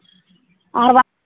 ᱟᱨᱵᱟᱝ